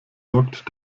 lockt